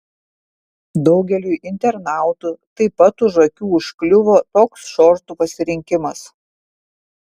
daugeliui internautų taip pat už akių užkliuvo toks šortų pasirinkimas